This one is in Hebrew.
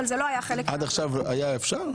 אבל זה לא היה חלק --- עד עכשיו היה אפשר?